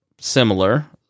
similar